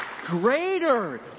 greater